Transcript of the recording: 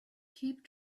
keep